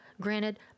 granted